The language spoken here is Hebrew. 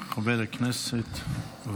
חבר הכנסת, בבקשה.